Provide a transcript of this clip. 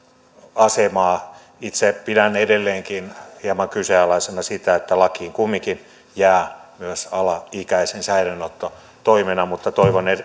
asemaa itse pidän edelleenkin hieman kyseenalaisena sitä että lakiin kumminkin jää myös alaikäisen säilöönotto toimena mutta toivon